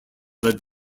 led